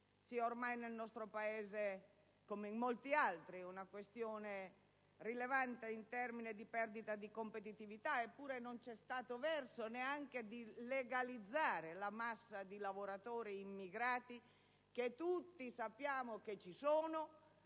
demografica, nel nostro Paese come in molti altri, sia ormai rilevante in termini di perdita di competitività; eppure non c'è stato verso neanche di legalizzare la massa di lavoratori immigrati che tutti sappiamo che ci sono